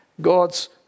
God's